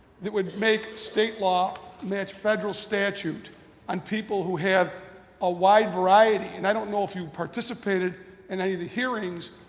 that would make state law match federal statute on people who have a wide variety and i don't know if you participated in any of the hearings,